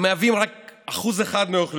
הם מהווים רק 1% מהאוכלוסייה,